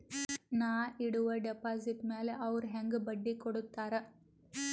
ನಾ ಇಡುವ ಡೆಪಾಜಿಟ್ ಮ್ಯಾಲ ಅವ್ರು ಹೆಂಗ ಬಡ್ಡಿ ಕೊಡುತ್ತಾರ?